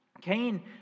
Cain